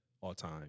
all-time